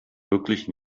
wirklich